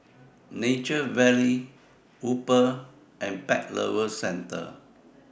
Nature Valley Uber and Pet Lovers Centre